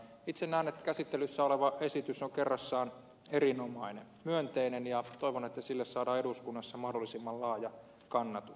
itse näen että käsittelyssä oleva esitys on kerrassaan erinomainen myönteinen ja toivon että sille saadaan eduskunnassa mahdollisimman laaja kannatus